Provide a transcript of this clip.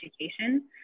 education